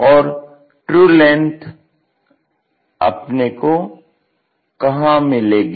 और true length अपने को खान मिलेगी